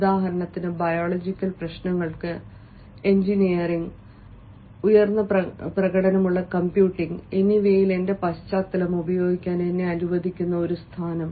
ഉദാഹരണത്തിന് ബയോളജിക്കൽ പ്രശ്നങ്ങൾക്ക് എഞ്ചിനീയറിംഗ് ഉയർന്ന പ്രകടനമുള്ള കമ്പ്യൂട്ടിംഗ് എന്നിവയിൽ എന്റെ പശ്ചാത്തലം പ്രയോഗിക്കാൻ എന്നെ അനുവദിക്കുന്ന ഒരു സ്ഥാനം